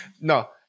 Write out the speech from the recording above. No